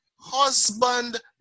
husband